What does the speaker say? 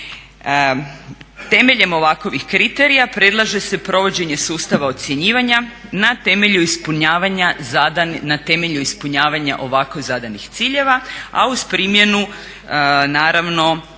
Temeljem ovakvih kriterija predlaže se provođenje sustava ocjenjivanja na temelju ispunjavanja ovako zadanih ciljeva a uz primjenu naravno